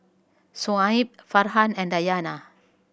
Shoaib Farhan and Dayana